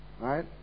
Right